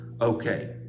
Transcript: okay